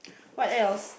what else